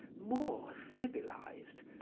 more civilised,